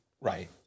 Right